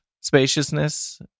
spaciousness